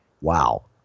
Wow